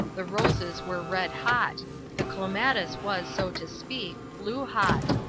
the roses were red hot the clematis was, so to speak, blue hot.